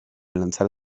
lanzar